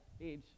age